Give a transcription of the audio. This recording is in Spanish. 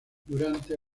durante